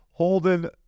holding